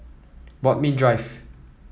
Bodmin Drive